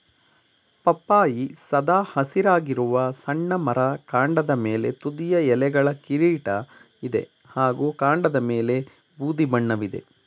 ಪಪ್ಪಾಯಿ ಸದಾ ಹಸಿರಾಗಿರುವ ಸಣ್ಣ ಮರ ಕಾಂಡದ ಮೇಲೆ ತುದಿಯ ಎಲೆಗಳ ಕಿರೀಟ ಇದೆ ಹಾಗೂ ಕಾಂಡದಮೇಲೆ ಬೂದಿ ಬಣ್ಣವಿದೆ